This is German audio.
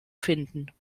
finden